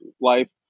life